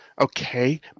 Okay